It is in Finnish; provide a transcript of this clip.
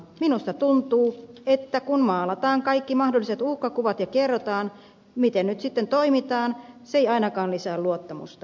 minusta tuntuu että kun maalataan kaikki mahdolliset uhkakuvat ja kerrotaan miten nyt sitten toimitaan se ei ainakaan lisää luottamusta